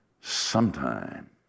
sometime